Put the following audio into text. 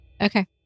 Okay